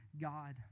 God